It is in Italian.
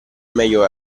meglio